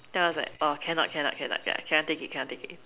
then I was like oh cannot cannot cannot cannot I cannot take it cannot take it